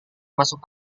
masuk